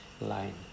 line